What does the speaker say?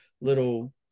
little